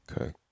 okay